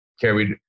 carried